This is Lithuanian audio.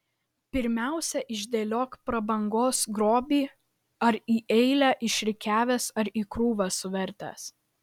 pirmiausia išdėliok prabangos grobį ar į eilę išrikiavęs ar į krūvą suvertęs